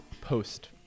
post